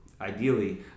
ideally